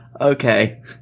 Okay